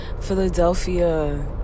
Philadelphia